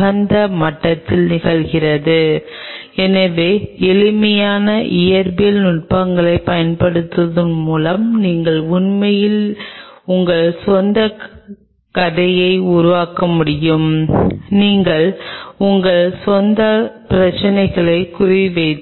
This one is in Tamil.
சப்ஸ்ர்டேட் குடியேற உதவுகிறது ஏன் நான் இந்த பகுதியை உங்களுக்கு சொல்கிறேன் அந்த முதல் கட்டத்தை உருவாக்க உங்களுக்கு இது உதவுகிறது